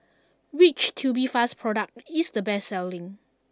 which Tubifast product is the best selling